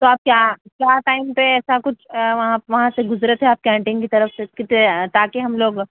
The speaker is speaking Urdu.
تو آپ کیا کیا ٹائم پہ ایسا کچھ وہاں وہاں سے گزرے تھے آپ کینٹین کی طرف سے کتنے تا کہ ہم لوگ